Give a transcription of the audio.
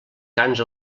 cants